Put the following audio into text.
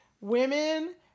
women